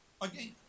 again